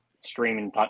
streaming